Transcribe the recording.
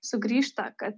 sugrįžta kad